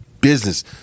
business